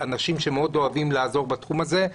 אנשים שמאוד אוהבים לעזור בתחום הזה,